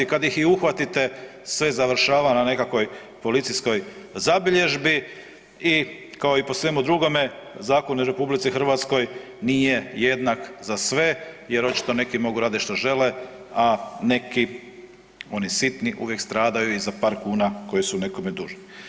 Kada ih i uhvatite sve završava na nekakvoj policijskoj zabilježbi i kao i po svemu drugome zakon u Republici Hrvatskoj nije jednak za sve, jer očito neki mogu raditi što žele, a neki oni sitni uvijek stradaju i za par kuna koje su nekome dužni.